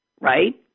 right